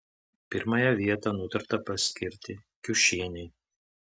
pirmąją vietą nutarta paskirti kiušienei